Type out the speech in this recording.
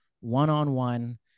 one-on-one